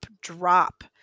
drop